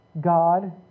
God